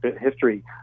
history